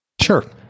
Sure